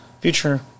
future